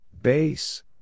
Base